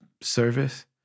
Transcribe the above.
service